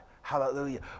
Hallelujah